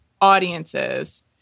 audiences